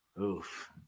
Oof